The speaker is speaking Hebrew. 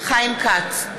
חיים כץ,